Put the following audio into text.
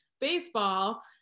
baseball